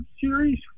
series